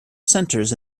centers